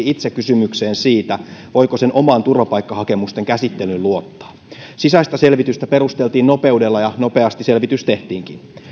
itse vastasi kysymykseen siitä voiko sen omaan turvapaikkahakemusten käsittelyyn luottaa sisäistä selvitystä perusteltiin nopeudella ja nopeasti selvitys tehtiinkin